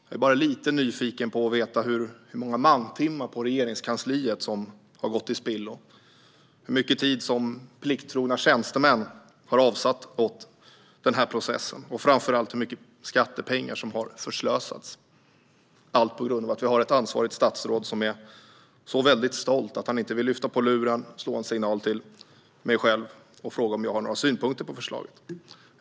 Jag är bara lite nyfiken på hur många mantimmar på Regeringskansliet som har gått till spillo, hur mycket tid som plikttrogna tjänstemän har avsatt för den här processen och framför allt hur mycket skattepengar som har förslösats - allt på grund av att vi har ett ansvarigt statsråd som är så väldigt stolt att han inte vill lyfta på luren, slå mig en signal och fråga om jag har några synpunkter på det här förslaget.